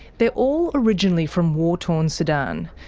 they're all originally from war torn sudan.